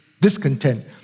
discontent